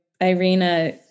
Irina